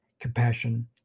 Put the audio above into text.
compassion